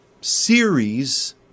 series